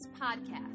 podcast